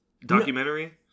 documentary